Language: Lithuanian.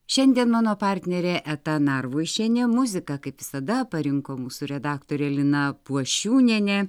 šiandien mano partnerė eta narvuišienė muziką kaip visada parinko mūsų redaktorė lina puošiūnienė